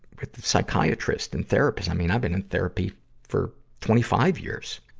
with the psychiatrist and therapist. i mean, i've been in therapy for twenty five years.